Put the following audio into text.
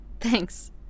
Thanks